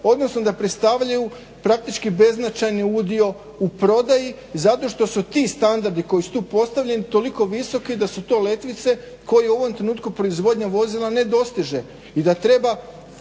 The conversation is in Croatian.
odnosno da predstavljaju praktički beznačajni udio u prodaji zato što su ti standardi koji su tu postavljeni toliko visoki da su to letvice koje u ovom trenutku proizvodnja vozila ne dostiže i da treba